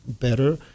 better